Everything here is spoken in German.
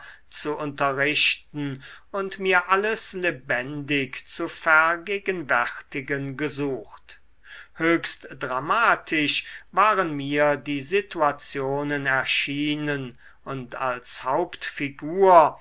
zu unterrichten und mir alles lebendig zu vergegenwärtigen gesucht höchst dramatisch waren mir die situationen erschienen und als hauptfigur